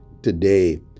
today